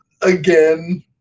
again